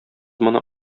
моны